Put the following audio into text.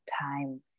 time